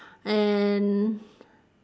and